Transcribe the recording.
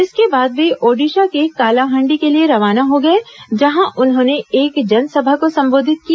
इसके बाद वे ओडिशा के कालाहांडी के लिए रवाना हो गए जहां उन्होंने एक जनसभा को संबोधित किया